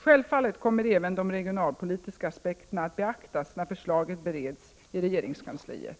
Självfallet kommer även de regionalpolitiska aspekterna att beaktas när förslaget bereds i regeringskansliet.